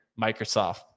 Microsoft